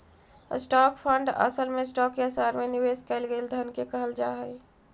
stock fund असल में stock या शहर में निवेश कैल गेल धन के कहल जा हई